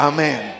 Amen